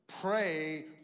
Pray